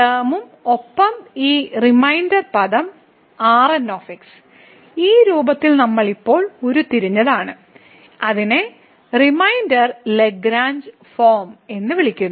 ടേമും ഒപ്പം ഈ റിമൈൻഡർ പദം Rn ഈ രൂപമായി നമ്മൾ ഇപ്പോൾ ഉരുത്തിരിഞ്ഞതാണ് അതിനെ റിമൈൻഡറിന്റെ ലഗ്രാഞ്ച് ഫോം എന്ന് വിളിക്കുന്നു